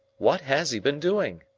what has he been doing?